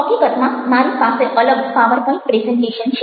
હકીકતમાં મારી પાસે અલગ પાવર પોઈન્ટ પ્રેઝન્ટેશન છે